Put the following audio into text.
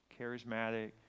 charismatic